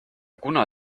kuna